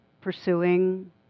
pursuing